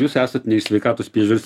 jūs esat ne iš sveikatos priežiūros